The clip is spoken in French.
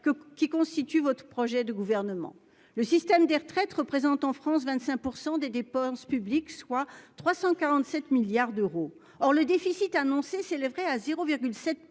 qui constitue votre projet du gouvernement. Le système des retraites représentent en France 25% des dépenses publiques, soit 347 milliards d'euros. Or le déficit annoncé s'élèverait à 0 7